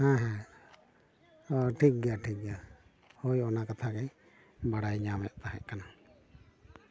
ᱦᱮᱸ ᱦᱮᱸ ᱚ ᱴᱷᱤᱠ ᱜᱮᱭᱟ ᱴᱷᱤᱠ ᱜᱮᱭᱟ ᱦᱳᱭ ᱚᱱᱟ ᱠᱟᱛᱷᱟ ᱜᱮ ᱵᱟᱲᱟᱭ ᱧᱟᱢᱮᱫ ᱛᱟᱦᱮᱸ ᱠᱟᱱᱟ